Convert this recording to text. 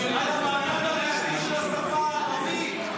על המעמד הרשמי של השפה הערבית,